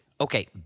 Okay